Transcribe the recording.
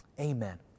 Amen